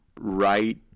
right